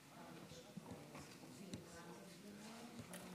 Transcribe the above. סעיפים 1 2